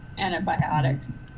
Antibiotics